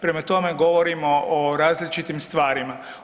Prema tome, govorimo o različitim stvarima.